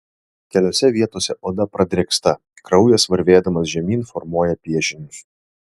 keliose vietose oda pradrėksta kraujas varvėdamas žemyn formuoja piešinius